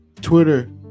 Twitter